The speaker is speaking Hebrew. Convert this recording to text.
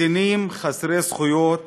נתינים חסרי זכויות